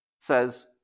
says